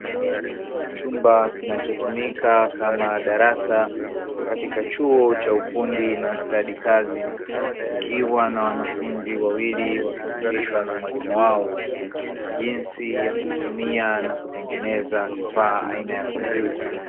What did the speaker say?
Chumba kinachotumika kama darasa, katika chuo cha ufundi na stadi kazi, kikiwa na wanafunzi wawili wakifundishwa na mwalimu wao, jinsi ya kutumia na kutengeneza kifaa aina ya kompyuta.